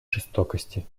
жестокости